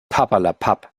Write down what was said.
papperlapapp